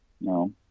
no